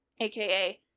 aka